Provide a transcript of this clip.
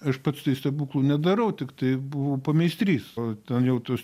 aš pats stebuklų nedarau tiktai buvau pameistrys o ten jau tuos